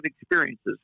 experiences